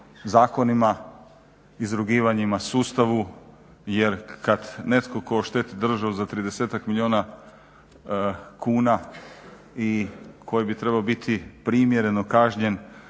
zakonima, izrugivanjima sustavu jer kada netko tko ošteti državu za 30-ak milijuna kuna i koji bi trebao biti primjereno kažnjen